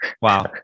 Wow